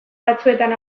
batzuetan